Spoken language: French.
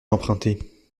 emprunter